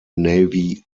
navy